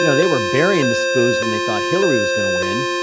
you know they were burying the spoons when they thought hillary was going to win.